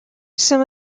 some